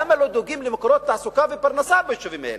למה לא דואגים למקורות תעסוקה ופרנסה ביישובים האלה?